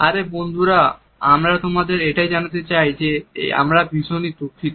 আরে বন্ধুরা আমরা তোমাদের এটাই জানাতে চাই যে আমরা ভীষণই দুঃখিত